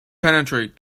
penetrate